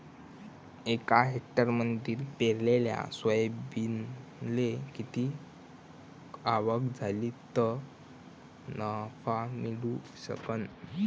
एका हेक्टरमंदी पेरलेल्या सोयाबीनले किती आवक झाली तं नफा मिळू शकन?